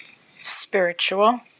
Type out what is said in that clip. spiritual